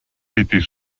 était